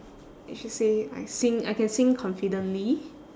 I should say I sing I can sing confidently